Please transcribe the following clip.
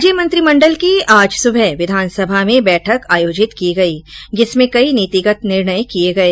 राज्य मंत्रिमंडल की आज सुबह विधानसभा में बैठक आयोजित की गई जिसमें कई नीतिगत निर्णय किये गए